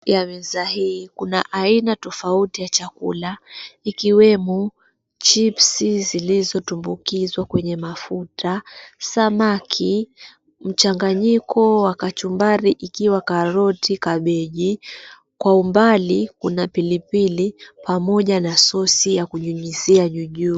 Juu ya meza hii kuna aina tofauti ya chakula ikiwemo, chips zilizotumbukizwa kwa mafuta, samaki mchanganyiko wa kachumbari ukiwa karoti, kabeji, kwa mbali kuna sauce pamoja na pilipili ya kunyunyizia juu juu.